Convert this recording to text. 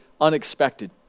unexpected